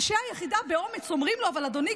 אנשי היחידה אומרים לו באומץ: אבל אדוני,